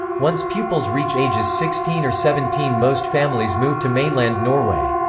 once pupils reach ages sixteen or seventeen most families move to mainland norway.